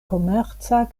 komerca